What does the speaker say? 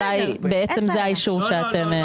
שאולי זה בעצם האישור שאתם רוצים.